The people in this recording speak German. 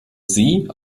sie